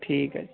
ਠੀਕ ਹੈ ਜੀ